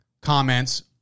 comments